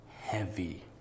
heavy